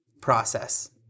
process